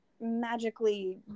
magically